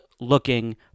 looking